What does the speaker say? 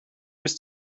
miss